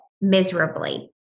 miserably